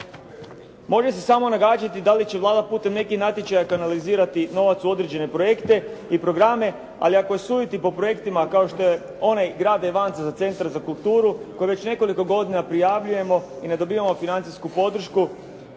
Može se samo nagađati da li će Vlada putem nekih natječaja kanalizirati novac u određene projekte i programe, ali ako je suditi po projektima kao što je onaj grada Ivanca za centr za kulturu koji već nekoliko godina prijavljujemo i ne dobivamo financijsku podršku